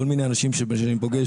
כל מיני אנשים שאני פוגש,